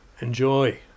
Enjoy